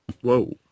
whoa